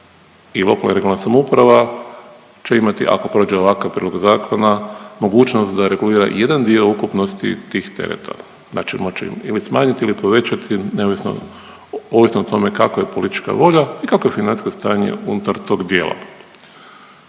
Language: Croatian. i lokalna i regionalna samouprave će imati ako prođe ovakav prijedlog zakona mogućnost da regulira jedan dio ukupnosti tih tereta, da će moći ili smanjiti ili povećati ovisno o tome kakva je politička volja i kakvo je financijsko stanje unutar tog dijela.